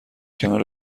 کنار